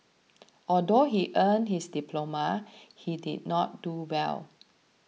although he earned his diploma he did not do well